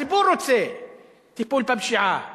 הציבור רוצה טיפול בפשיעה.